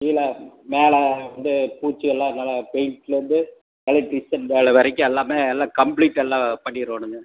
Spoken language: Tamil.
கீழே மேலே வந்து பூச்சியெல்லாம் நல்ல பெயிண்ட்லேருந்து எலெக்ட்ரிஷியன் வேலை வரைக்கும் எல்லாமே எல்லாம் கம்ப்ளீட்டாக எல்லாம் பண்ணிறணுங்க